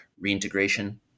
reintegration